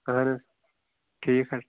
اَہن حظ ٹھیٖک حظ